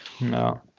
No